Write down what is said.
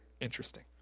interesting